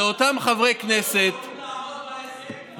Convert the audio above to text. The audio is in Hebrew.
לעמוד בהסכם,